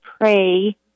pray